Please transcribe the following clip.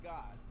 God